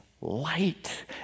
light